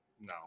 No